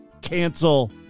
cancel